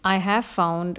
I have found